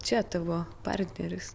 čia tavo partneris